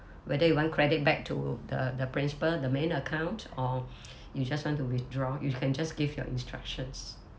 whether you want credit back to the the principle the main account or you just want to withdraw you can just give your instructions